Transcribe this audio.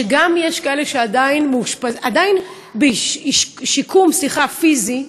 שגם יש כאלה שעדיין בשיקום פיזי,